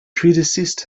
predeceased